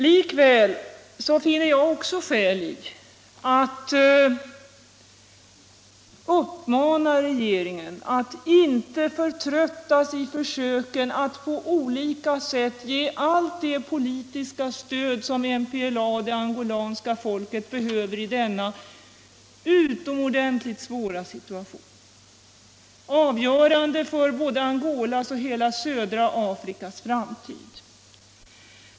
Likväl finner jag också skäl till att uppmana regeringen att inte förtröttas i försöken att på olika sätt ge allt det politiska stöd som MPLA och det angolanska folket behöver i denna utomordentligt svåra situation, avgörande för både Angolas och hela södra Afrikas framtid.